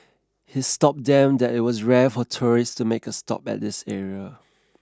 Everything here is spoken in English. his told them that it was rare for tourists to make a stop at this area